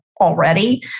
already